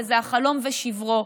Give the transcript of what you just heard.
וזה החלום ושברו.